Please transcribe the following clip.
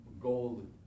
gold